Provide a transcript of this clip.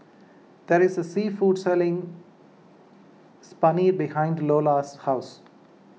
there is a sea food selling behind Iola's house